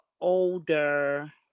older